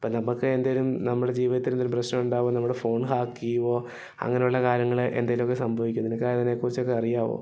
അപ്പം നമുക്ക് എന്തേലും നമ്മുടെ ജീവിതത്തില് എന്തേലും പ്രശ്നമുണ്ടാകുമ്പോൾ നമ്മുടെ ഫോൺ ഹാക്കെയ്യുവോ അങ്ങനെ ഉള്ള കാര്യങ്ങളെ എന്തേലുവൊക്കെ സംഭവിക്കുമോ നിനക്കതിനെക്കുറിച്ചൊക്കെ അറിയാവോ